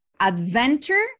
Adventure